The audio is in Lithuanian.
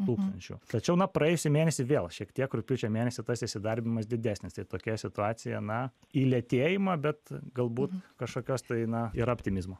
tūkstančių tačiau na praėjusį mėnesį vėl šiek tiek rugpjūčio mėnesį tas įsidarbinimas didesnis tai tokia situacija na į lėtėjimą bet galbūt kažkokios tai na yra optimizmo